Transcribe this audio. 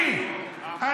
תשאל את עצמך.